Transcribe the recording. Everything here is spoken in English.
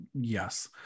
yes